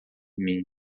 mim